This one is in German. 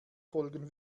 folgen